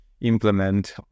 implement